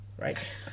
right